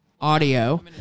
audio